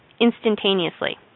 instantaneously